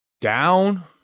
down